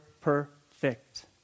perfect